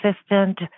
assistant